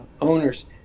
owners